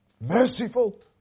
merciful